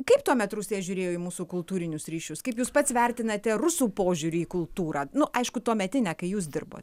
kaip tuomet rusija žiūrėjo į mūsų kultūrinius ryšius kaip jūs pats vertinate rusų požiūrį į kultūrą nu aišku tuometinę kai jūs dirbot